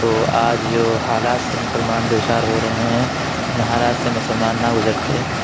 تو آج جو حالات سے مسلمان دو چار ہو رہے ہیں ان حالات سے مسلمان نہ گزرتے